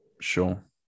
Sure